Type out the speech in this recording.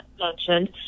mentioned